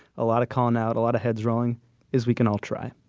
a lot of calling out, a lot of heads rolling is, we can all try